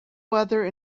weather